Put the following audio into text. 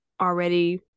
already